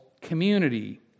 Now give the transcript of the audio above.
community